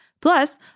Plus